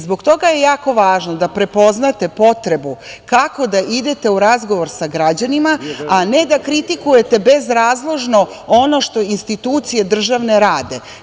Zbog toga je jako važno da prepoznate potrebu kako da idete u razgovor sa građanima, a ne da kritikujete bezrazložno ono što institucije državne rade.